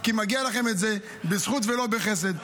כי מגיע לכם את זה בזכות ולא בחסד.